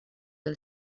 del